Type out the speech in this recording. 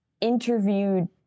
interviewed